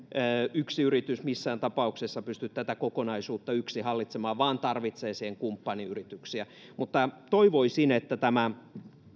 yksi yritys missään tapauksessa pysty tätä kokonaisuutta yksin hallitsemaan vaan tarvitsee siihen kumppaniyrityksiä toivoisin että